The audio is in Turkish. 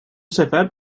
sefer